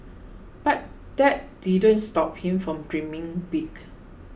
but that didn't stop him from dreaming big